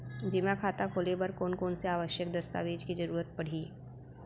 जेमा खाता खोले बर कोन कोन से आवश्यक दस्तावेज के जरूरत परही?